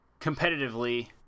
competitively